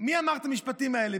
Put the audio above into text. מי אמר את המשפטים האלה,